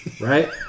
right